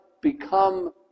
become